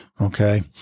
okay